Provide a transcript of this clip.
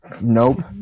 Nope